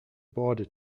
border